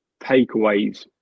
takeaways